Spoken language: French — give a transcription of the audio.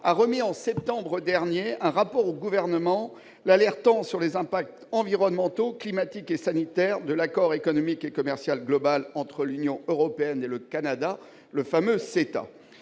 a remis, en septembre dernier, au Gouvernement un rapport l'alertant sur les impacts environnementaux, climatiques et sanitaires de l'Accord économique et commercial global entre l'Union européenne et le Canada, le fameux CETA.